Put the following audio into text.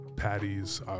Patties